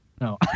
No